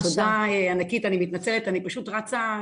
תודה ענקית, אני מתנצלת, אני פשוט רצה.